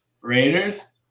Raiders